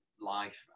life